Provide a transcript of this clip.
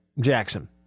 Jackson